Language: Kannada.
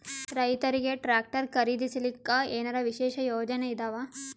ರೈತರಿಗೆ ಟ್ರಾಕ್ಟರ್ ಖರೀದಿಸಲಿಕ್ಕ ಏನರ ವಿಶೇಷ ಯೋಜನೆ ಇದಾವ?